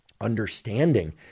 understanding